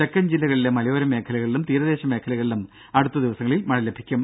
തെക്കൻ ജില്ലകളിലെ മലയോര മേഖലകളിലും തീരദേശ മേഖലകളിലും അടുത്ത ദിവസങ്ങളിൽ മഴ ലഭിക്കും